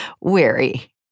weary